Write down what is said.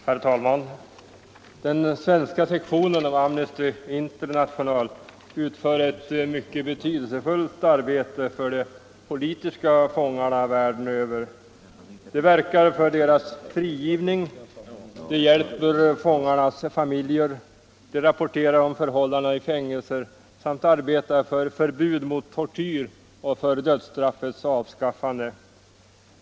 Herr talman! Den svenska sektionen av Amnesty International utför ett mycket betydelsefullt arbete för de politiska fångarna världen över. Man verkar för deras frigivning, hjälper fångarnas familjer, rapporterar om förhållandena i fängelser samt arbetar för förbud mot tortyr och för dödsstraffets avskaffande.